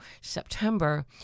September